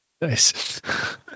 Nice